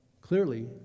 clearly